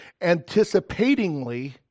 Anticipatingly